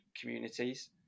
communities